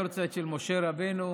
משה רבנו,